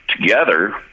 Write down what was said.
together